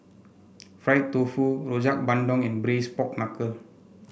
Fried Tofu Rojak Bandung and Braised Pork Knuckle